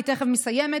אני תכף מסיימת,